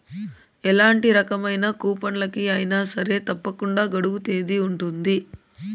ఎలాంటి రకమైన కూపన్లకి అయినా సరే తప్పకుండా గడువు తేదీ ఉంటది